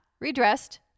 redressed